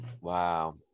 Wow